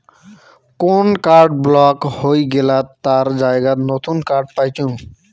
কোন card block হই গেলাত তার জায়গাত নতুন কার্ড পাইচুঙ